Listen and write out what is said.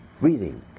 reading